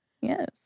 Yes